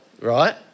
right